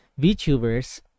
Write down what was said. VTubers